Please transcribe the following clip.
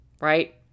Right